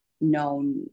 known